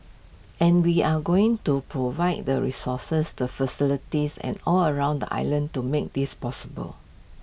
and we are going to provide the resources the facilities and all around the island to make this possible